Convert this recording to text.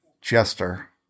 Jester